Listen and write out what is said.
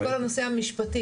לכל הנושא המשפטי.